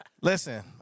listen